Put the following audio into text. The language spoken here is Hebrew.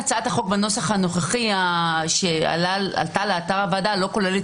הצעת החוק בנוסח הנוכחי שעלתה לאתר הוועדה לא כוללת